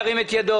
ירים את ידו.